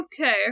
Okay